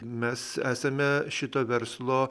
mes esame šito verslo